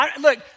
Look